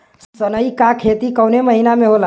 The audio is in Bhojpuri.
सनई का खेती कवने महीना में होला?